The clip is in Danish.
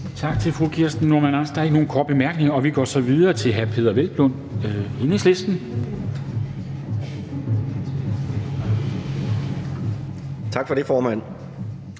Tak til fru Kirsten Normann Andersen. Der er ikke nogen korte bemærkninger, og vi går videre til hr. Peder Hvelplund, Enhedslisten. Kl. 13:59 (Ordfører)